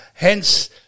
Hence